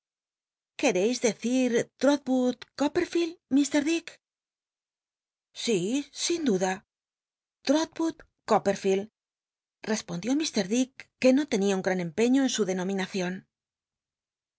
queteis decir trotwood copperfteld mr dick si sin duda ltotwood copp erficld respondió ir dick c uc no tenia tul gtan cmpeiío en su dcnominacion